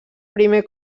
primer